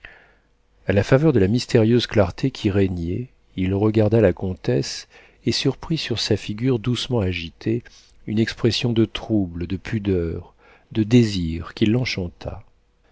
a la faveur de la mystérieuse clarté qui régnait il regarda la comtesse et surprit sur sa figure doucement agitée une expression de trouble de pudeur de désir qui l'enchanta